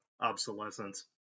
obsolescence